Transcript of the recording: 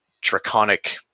draconic